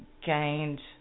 gained